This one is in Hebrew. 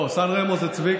לא, סן רמו זה צביקה.